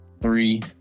three